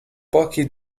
pochi